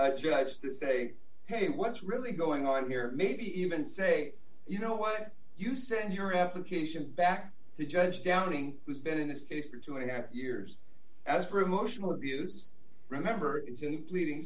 promise judge to say hey what's really going on here maybe even say you know why don't you send your application back to judge downey who's been in this case for two and a half years as for emotional abuse remember it's an pleading